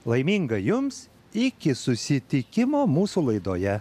laimingai jums iki susitikimo mūsų laidoje